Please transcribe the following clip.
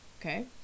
Okay